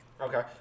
Okay